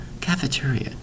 Cafeteria